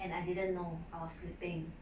and I didn't know I was sleeping